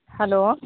hello